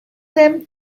them